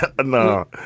No